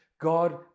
God